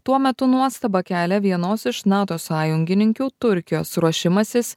tuo metu nuostabą kelia vienos iš nato sąjungininkių turkijos ruošimąsis